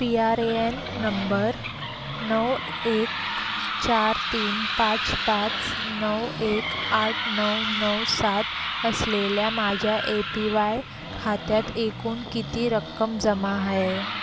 P R A N number नऊ एक चार तीन पाच पाच नऊ एक आठ नऊ नऊ सात असलेल्या माझ्या ए पी वाय खात्यात एकूण किती रक्कम जमा आहे